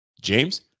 James